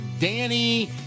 Danny